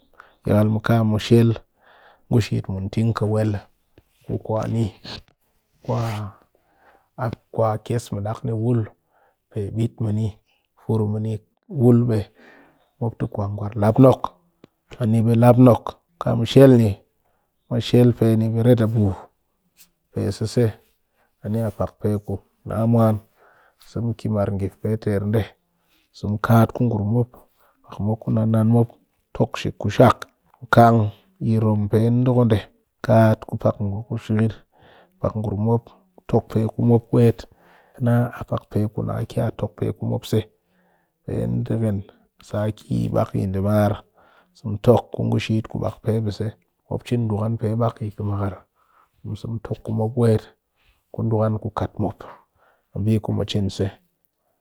Yakal mu ka mu shel ngu shit mun ting kawel, ku kwani kwa kes mɨ dak ni wul, pee bit mɨ ni fur mɨ ni wul ɓe mop te kwani lap nok, ani ɓe lap nok mu kaa mu shel pee ni ɓe ret abuu. Pe seze ani pak mee pee ku na mwan a ki samu ki margif pe ter nde mu kat ku pak mop ku nan-nan mop tok shik ku shak kang yi rom pee nidoko nde kat pak ngurum ku shikir mop pak ngurum mop mu tok pee ku mop weet kɨ naa a pak pee ku naa tok pee ku mop se ɗee nidegen sa a kɨ bak ndimar mu tok ku ngu shit bak pee bise mop cin du'kan pee yi khamakar mu sa mu tok mop weet ku du'kan ku kat mop a mbi ku mu cin se kuna ki se.